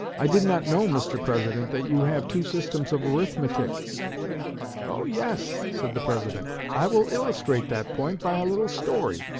i did not know, mr. president, that you have two systems of arithmetic' oh, yes said the president i will illustrate that point by a little story.